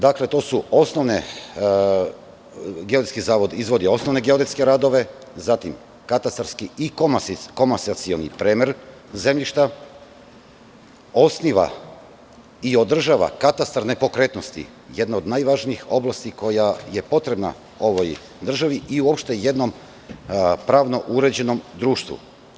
Dakle, Geodetski zavod izvodi osnovne geodetske radove, zatim katastarski i komasacioni premer zemljišta, osniva i održava katastar nepokretnosti jedne od najvažnijih oblasti koja je potrebna ovoj državi i uopšte jednom pravno uređenom društvu.